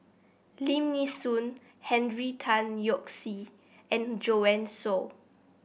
Lim Nee Soon Henry Tan Yoke See and Joanne Soo